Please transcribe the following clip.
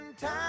time